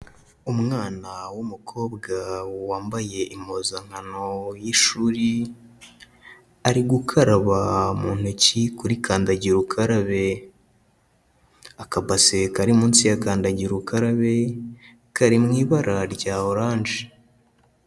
Umwana w'umukobwa wambaye impuzankano y'ishuri, ari gukaraba mu ntoki kuri kandagira ukarabe, akabase kari munsi ya kandagira ukarabe kari mu ibara rya oranje.